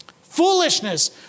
Foolishness